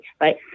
right